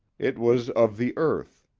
it was of the earth,